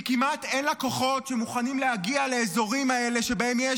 כי כמעט שאין לקוחות שמוכנים להגיע לאזורים האלה שבהם יש